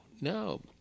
no